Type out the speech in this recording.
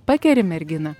pakeri merginą